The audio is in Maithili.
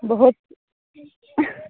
बहुत